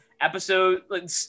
episode